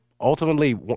ultimately